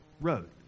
road